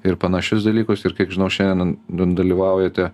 ir panašius dalykus ir kiek žinau šiandien dalyvaujate